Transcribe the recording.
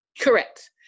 Correct